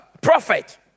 prophet